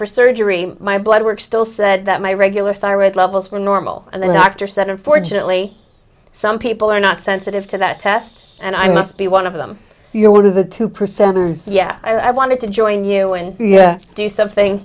for surgery my bloodwork still said that my regular thyroid levels were normal and then doctor said unfortunately some people are not sensitive to that test and i must be one of them you're one of the two percent yeah i wanted to join you and do something